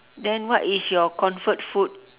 then what is your comfort food